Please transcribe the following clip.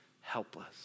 helpless